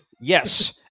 Yes